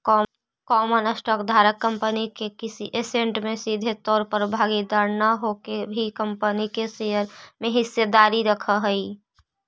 common stock धारक company के किसी ऐसेट में सीधे तौर पर भागीदार न होके भी कंपनी के शेयर में हिस्सेदारी रखऽ हइ